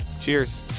Cheers